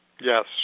Yes